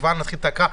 כבר נתחיל את ההקראה.